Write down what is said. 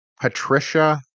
Patricia